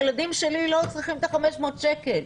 הילדים שלי לא צריכים את ה-500 שקל.